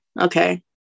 okay